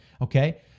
okay